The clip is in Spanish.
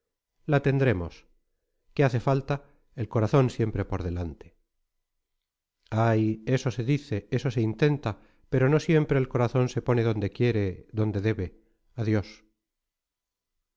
la tendremos qué hace falta el corazón siempre por delante ay eso se dice eso se intenta pero no siempre el corazón se pone donde quiere donde debe adiós